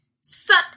Suck